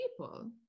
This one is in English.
people